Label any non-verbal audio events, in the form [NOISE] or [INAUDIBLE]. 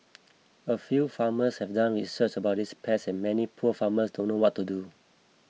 [NOISE] a few farmers have done research about these pests and many poor farmers don't know what to do